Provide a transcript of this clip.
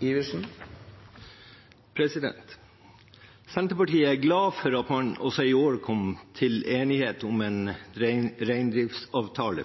nye reindriftsavtalen. Senterpartiet er glad for at man også i år kom til enighet om en reindriftsavtale.